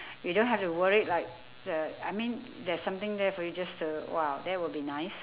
you don't have to worried like uh I mean there's something there for you just to !wow! that would be nice